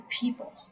people